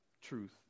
truth